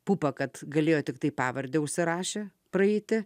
pupa kad galėjo tiktai pavardę užsirašė praeiti